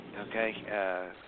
Okay